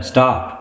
Stop